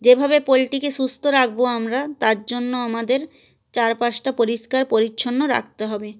যেভাবে পোলট্রিকে সুস্থ্য রাখবো আমরা তারজন্য আমাদের চারপাশটা পরিষ্কার পরিচ্ছন্ন রাখতে হবে